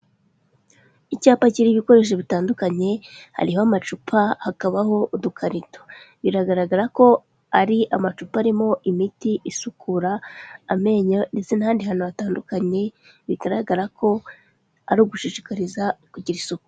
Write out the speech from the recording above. Icyapa kiriho ibikoresho bitandukanye hariho amacupa, hakabaho udukarito. Biragaragara ko ari amacupa arimo imiti isukura amenyo ndetse n'ahandi hantu hatandukanye bigaragara ko ari ugushishikariza kugira isuku.